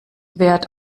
wert